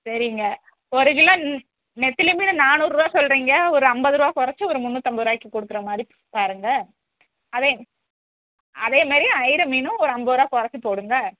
சரிங்க ஒரு கிலோ நெத்திலி மீன் நானூறுபா சொல்கிறீங்க ஒரு ஐம்பது ரூபா கொறைச்சி ஒரு முன்னூற்றைம்பது ரூபாய்க்கு போடுற மாதிரி பாருங்கள் அதே அதேமாதிரி அயிரை மீனும் ஒரு ஐம்பது ரூபா கொறைச்சிப் போடுங்கள்